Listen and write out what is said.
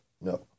No